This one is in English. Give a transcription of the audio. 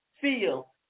feel